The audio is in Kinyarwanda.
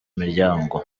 imiryango